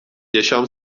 yaşam